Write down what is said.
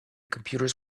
computers